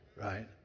right